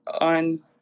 on